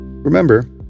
Remember